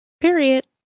Period